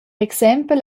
exempel